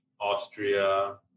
Austria